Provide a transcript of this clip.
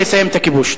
לסיים את הכיבוש.